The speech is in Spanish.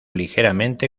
ligeramente